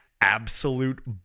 absolute